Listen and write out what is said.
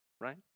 right